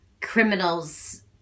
criminals